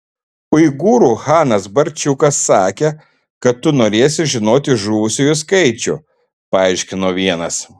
uigūrų chanas barčiukas sakė kad tu norėsi žinoti žuvusiųjų skaičių paaiškino vienas